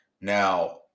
Now